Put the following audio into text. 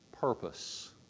purpose